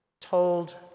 told